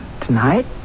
tonight